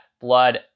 blood